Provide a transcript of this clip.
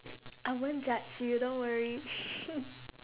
I won't judge you don't worry